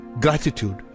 gratitude